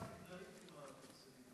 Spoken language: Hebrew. אחריה, חברת הכנסת מירב בן ארי.